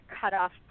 cutoff